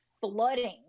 flooding